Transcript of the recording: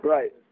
Right